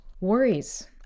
worries